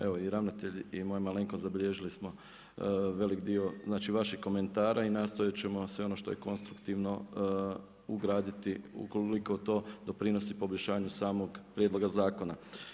Evo i ravnatelj i moja malenkost zabilježili smo velik dio znači vaših komentara i nastojat ćemo sve ono što je konstruktivno ugraditi ukoliko to doprinosi poboljšanju samog prijedloga zakona.